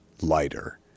lighter